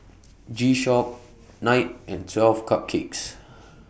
G Shock Knight and twelve Cupcakes